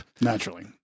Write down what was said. Naturally